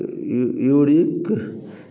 you u uric